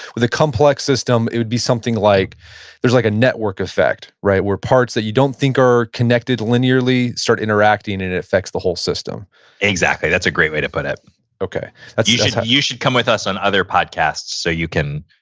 with a complex system, it would be something like there's like a network effect, right, where parts that you don't think are connected linearly start interacting, and it affects the whole system exactly. that's a great way to put it okay you should you should come with us on other podcasts, so you can